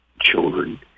children